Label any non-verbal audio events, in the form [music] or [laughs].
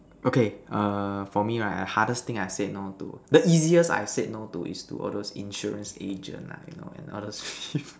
okay err for me right hardest thing I've said no to the easiest I've said no to is to all those insurance agent lah you know and all those [laughs]